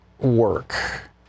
work